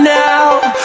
now